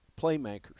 playmakers